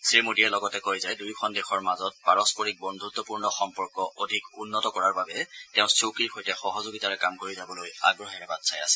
শ্ৰীমোডীয়ে লগতে কয় যে দুয়োখন দেশৰ মাজত পাৰস্পৰিক বদ্ধুত্বপূৰ্ণ সম্পৰ্ক অধিক উন্নত কৰাৰ বাবে তেওঁ চূ্য কিৰ সৈতে সহযোগিতাৰে কাম কৰি যাবলৈ আগ্ৰহেৰে বাট চাই আছে